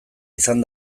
izan